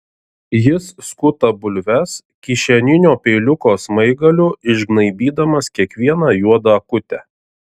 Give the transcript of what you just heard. jis skuta bulves kišeninio peiliuko smaigaliu išgnaibydamas kiekvieną juodą akutę